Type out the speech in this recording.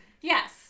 Yes